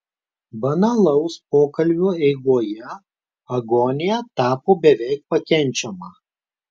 banalaus pokalbio eigoje agonija tapo beveik pakenčiama